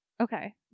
okay